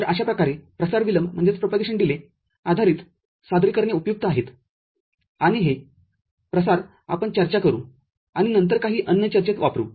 तर अशाप्रकारे प्रसार विलंबआधारित सादरीकरणे उपयुक्त आहेत आणि हे प्रसार आपण चर्चा करू आणि नंतर काही अन्य चर्चेत वापरू